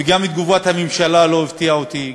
וגם תגובת הממשלה לא הפתיעה אותי,